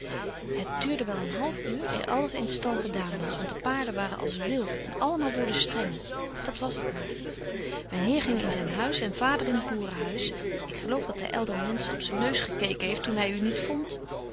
het duurde wel een half uur eer alles in t stal gedaan was want de paarden waren als wilt en allemaal door de strengen dat was het maar myn heer ging in zyn huis en vader in t boerenhuis ik geloof dat hy elderments op zyn neus gekeken heeft toen hy u niet vondt